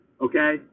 Okay